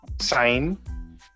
sign